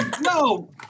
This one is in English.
No